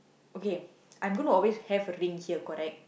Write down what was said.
okay I'm gonna always have a ring here correct